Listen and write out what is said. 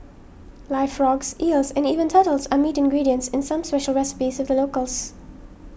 live frogs eels and even turtles are meat ingredients in some special recipes of the locals